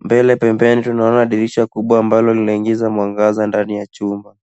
Mbele pembeni tunaona dirisha kubwa ambalo linaingiza mwangaza ndani ya chumba.